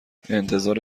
انتظار